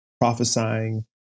prophesying